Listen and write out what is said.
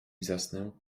zasnę